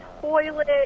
toilet